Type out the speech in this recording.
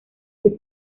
sus